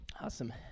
Awesome